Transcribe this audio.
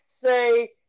say